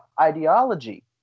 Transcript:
ideology